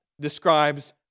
describes